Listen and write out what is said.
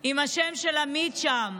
עם השם של עמית שם.